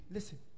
Listen